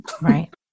Right